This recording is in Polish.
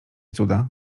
cuda